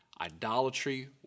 idolatry